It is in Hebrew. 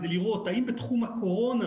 כדי לראות האם בתחום הקורונה,